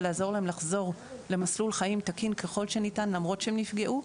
ולעזור להם לחזור למסלול חיים תקין ככל שניתן למרות שהם נפגעו.